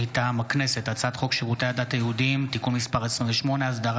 מטעם הכנסת: הצעת חוק שירותי הדת היהודיים (תיקון מספר 28) (הסדרת